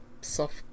soft